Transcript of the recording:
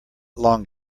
long